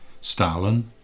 Stalin